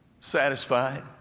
satisfied